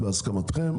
בהסכמתכם,